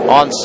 on